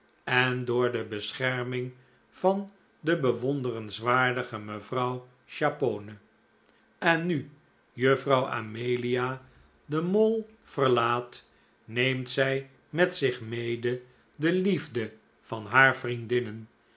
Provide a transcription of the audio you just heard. en door de bescherming van de bewonderenswaardige mevrouw chapone en nu juffrouw amelia de mall verlaat neemt zij met zich mede de liefde van haar vriendinnen